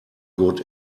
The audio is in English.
good